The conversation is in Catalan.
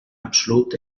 absolut